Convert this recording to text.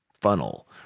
funnel